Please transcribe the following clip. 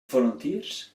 volunteers